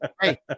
hey